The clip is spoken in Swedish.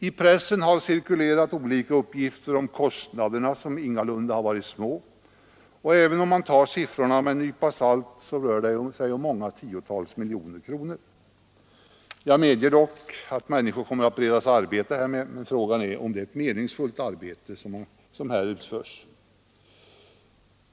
I pressen har cirkulerat olika uppgifter om kostnaderna som ingalunda har varit små, och även om man tar siffrorna med en nypa salt, så rör det sig om många tiotal miljoner kronor. Jag medger dock att människor kommer att beredas arbete härmed, men frågan är om det är ett meningsfullt arbete som här utförs.